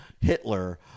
Hitler